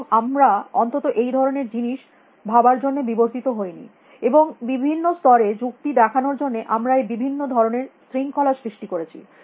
এবং আমরা অন্তত এই ধরনের জিনিস ভাবার জন্য বিবর্তিত হইনি এবং বিভিন্ন স্তরে যুক্তি দেখানোর জন্য আমরা এই বিভিন্ন ধরনের শৃঙ্খলা সৃষ্টি করেছি